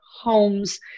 homes